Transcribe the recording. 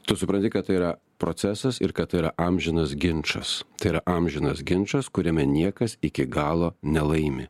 tu supranti kad tai yra procesas ir kad tai yra amžinas ginčas tai yra amžinas ginčas kuriame niekas iki galo nelaimi